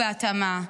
בהתאמה,